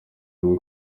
rwo